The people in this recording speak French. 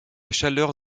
chaleur